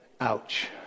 Ouch